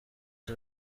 ari